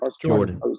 Jordan